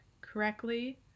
correctly